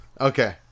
Okay